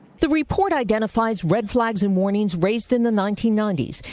the report identifies red flags and warnings raised in the nineteen ninety s,